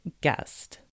Guest